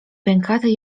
pękatej